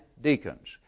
deacons